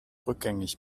rückgängig